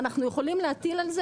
ואנחנו יכולים להטיל,